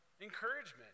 encouragement